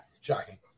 Shocking